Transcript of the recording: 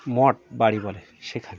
মঠ বাড়ি বলে সেখানে